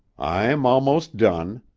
i'm almost done,